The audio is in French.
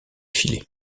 filé